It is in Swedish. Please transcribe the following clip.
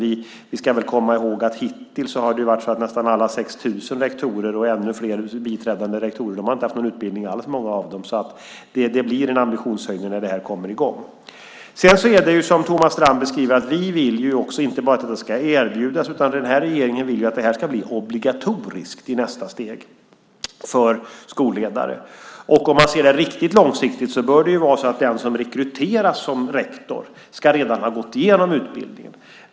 Vi ska väl komma ihåg att många av de 6 000 rektorerna och ännu fler biträdande rektorer hittills inte haft någon skolledarutbildning alls, så det blir en ambitionshöjning när det här kommer i gång. Som Thomas Strand beskriver vill vi inte bara att det ska vara ett erbjudande, utan den här regeringen vill också att utbildningen för skolledare i nästa steg ska vara obligatorisk. Riktigt långsiktigt bör det vara så att den som rekryteras som rektor redan ska ha gått igenom utbildningen.